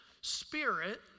Spirit